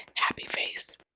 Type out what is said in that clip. happy face.